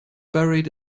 buried